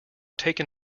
taken